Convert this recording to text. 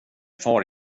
far